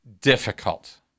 difficult